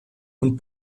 und